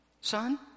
son